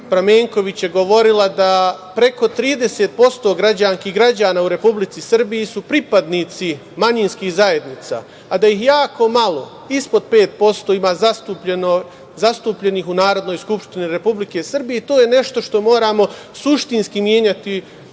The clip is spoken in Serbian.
Pramenković je govorila da preko 30% građanki i građana u Republici Srbiji su pripadnici manjinskih zajednica, a da ih jako malo ispod 5% ima zastupljenih u Narodnoj skupštini Republike Srbije i to je nešto što moramo suštinski menjati